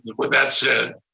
with that said,